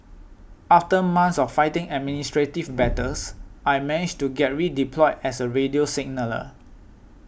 after months of fighting administrative battles I managed to get redeployed as a radio signaller